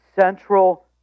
central